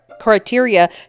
criteria